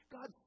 God